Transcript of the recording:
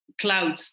cloud